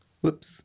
whoops